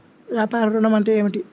వ్యాపార ఋణం అంటే ఏమిటి?